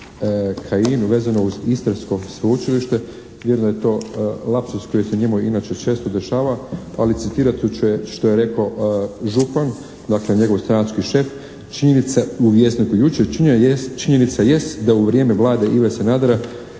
Kajin vezano uz Istarsko sveučilište, vjerujem da je to lapsus koji se njemu inače često dešava, ali citirat ću što je rekao župan, dakle njegov stranački šef, činjenica u Vjesniku jučer, činjenica jest da u vrijeme Vlade Ive Sanadera